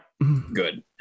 Good